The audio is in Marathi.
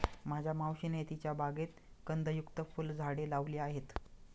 माझ्या मावशीने तिच्या बागेत कंदयुक्त फुलझाडे लावली आहेत